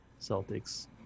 Celtics